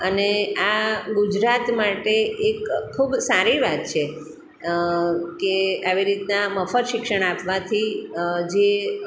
અને આ ગુજરાત માટે એક ખૂબ સારી વાત છે કે આવી રીતના મફત શિક્ષણ આપવાથી જે